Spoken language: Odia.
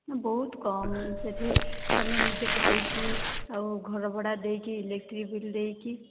ବହୁତ କମ୍ ସେଇଠି ତମେ ନିଜେ ଖାଇକି ଆଉ ଘର ଭଡ଼ା ଦେଇକି ଇଲେକ୍ଟ୍ରି ବିଲ୍ ଦେଇକି